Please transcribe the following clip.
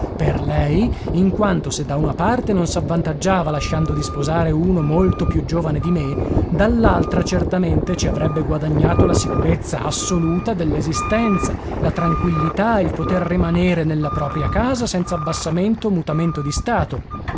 per lei in quanto se da una parte non s'avvantaggiava lasciando di sposare uno molto più giovane di me dall'altra certamente ci avrebbe guadagnato la sicurezza assoluta dell'esistenza la tranquillità il poter rimanere nella propria casa senz'abbassamento o mutamento di stato